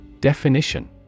Definition